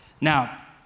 Now